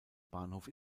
bahnhof